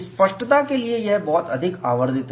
स्पष्टता के लिए यह बहुत अधिक आवर्धित है